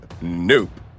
Nope